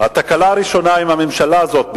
התקלה הראשונה עם הממשלה הזאת,